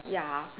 ya